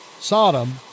Sodom